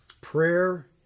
prayer